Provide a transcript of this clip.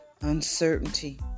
uncertainty